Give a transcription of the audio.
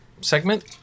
segment